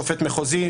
שופט מחוזי,